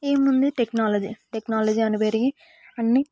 ఏముంది technology technology అని పెరిగి అన్నీ